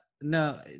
no